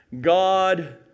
God